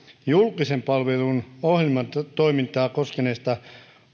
julkisen palvelun ohjelmatoimintaa koskeneesta